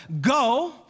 go